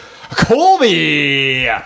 Colby